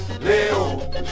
Leo